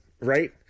right